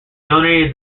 donated